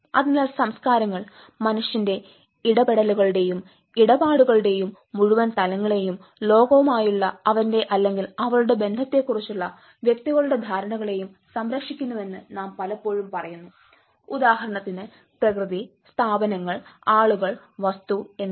അതിനാൽ സംസ്കാരങ്ങൾ മനുഷ്യന്റെ ഇടപെടലുകളുടെയും ഇടപാടുകളുടെയും മുഴുവൻ തലങ്ങളെയും ലോകവുമായുള്ള അവന്റെ അല്ലെങ്കിൽ അവളുടെ ബന്ധത്തെക്കുറിച്ചുള്ള വ്യക്തികളുടെ ധാരണകളെയും സംരക്ഷിക്കുന്നുവെന്ന് നാം പലപ്പോഴും പറയുന്നു ഉദാഹരണത്തിന് പ്രകൃതി സ്ഥാപനങ്ങൾ ആളുകൾ വസ്തു എന്നിവ